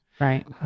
Right